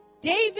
David